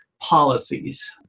policies